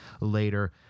later